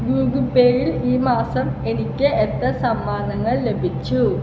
Google പേയിൽ ഈ മാസം എനിക്ക് എത്ര സമ്മാനങ്ങൾ ലഭിച്ചു